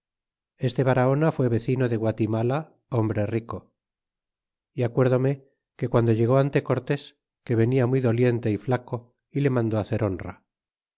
este barahona fué vecino de guatimala hombre rico y acuérdome que guando llegó ante cortés que venia muy doliente y flaco y le mandó hacer honra